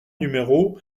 numéro